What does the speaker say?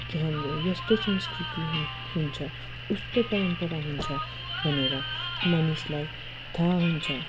कि हाम्रो यस्तो संस्कृति हुन हुन्छ उस्तो परम्परा हुन्छ भनेर मानिसलाई थाहा हुन्छ